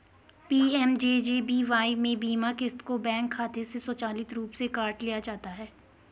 PMJJBY में बीमा क़िस्त को बैंक खाते से स्वचालित रूप से काट लिया जाता है